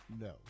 No